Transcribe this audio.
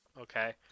Okay